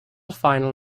finals